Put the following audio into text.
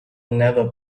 never